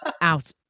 out